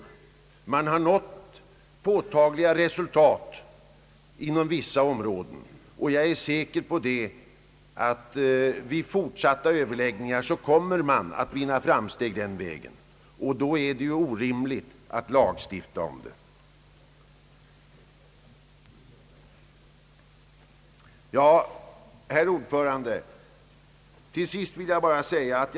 På vissa områden har påtagliga resultat nåtts den vägen, och jag är säker på att fortsatta överläggningar kommer att visa att det skall vara möjligt att nå goda resultat genom avtal också beträffande ifrågavarande grupper. Under sådana förhållanden är det orimligt att lagstifta på dessa områden.